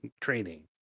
training